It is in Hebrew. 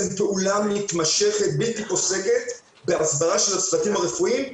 פעולה מתמשכת בלתי פוסקת להסברה של הצוותים הרפואיים,